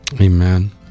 amen